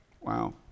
Wow